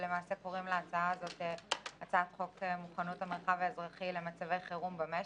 ולמעשה ההצעה נקראת הצעת חוק מוכנות המרחב האזרחי למצבי חירום במשק.